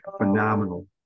Phenomenal